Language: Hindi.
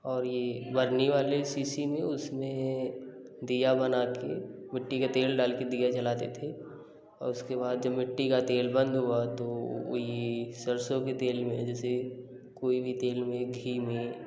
और ये बर्नी वाले सीसी में उसमें दिया बना कर मिट्टी का तेल डाल कर दिया जलाते थे और उसके बाद जब मिट्टी का तेल बंद हुआ तो वही सरसों के तेल में जैसे कोई भी तेल में घी में